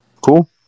Cool